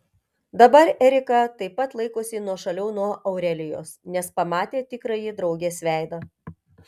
dabar erika taip pat laikosi nuošaliau nuo aurelijos nes pamatė tikrąjį draugės veidą